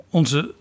onze